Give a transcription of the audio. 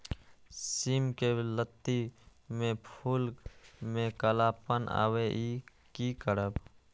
सिम के लत्ती में फुल में कालापन आवे इ कि करब?